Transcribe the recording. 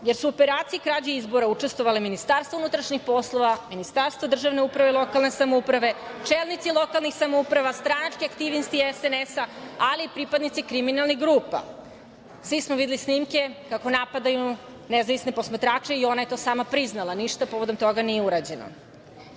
jer su u operaciji krađe izbora učestvovali MUP, Ministarstvo državne uprave i lokalne samouprave, čelnici lokalnih samouprava, stranački aktivisti SNS-a, ali i pripadnici kriminalnih grupa. Svi smo videli snimke kako napadaju nezavisne posmatrače i ona je to samo priznala. Ništa povodom toga nije urađeno.